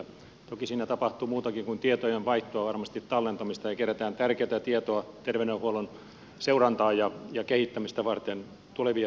toki siinä tapahtuu muutakin kuin tietojenvaihtoa varmasti tallentamista ja kerätään tärkeätä tietoa terveydenhuollon seurantaan ja kehittämistä varten tuleviakin sukupolvia varten